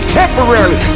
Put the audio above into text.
temporary